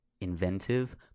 inventive